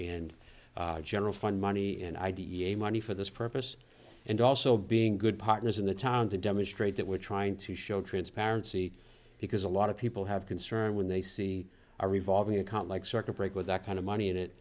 and general fund money and i d e a money for this purpose and also being good partners in the town to demonstrate that we're trying to show transparency because a lot of people have concern when they see a revolving account like circuit breaker that kind of money in it